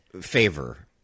favor